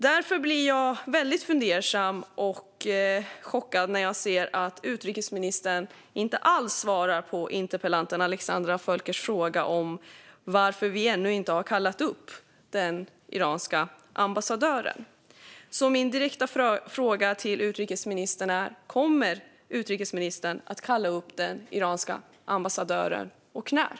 Därför blir jag väldigt fundersam och chockad när jag ser att utrikesministern inte alls svarar på interpellanten Alexandra Völkers fråga om varför vi ännu inte har kallat upp den iranska ambassadören. Min direkta fråga till utrikesministern är: Kommer utrikesministern att kalla upp den iranska ambassadören, och när?